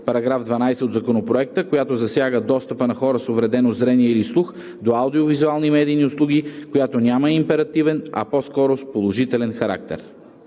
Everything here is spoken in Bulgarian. на § 12 от Законопроекта, която засяга достъпа на хора с увредено зрение или слух до аудиовизуални медийни услуги, която няма императивен, а е по скоро с положителен характер.